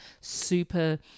super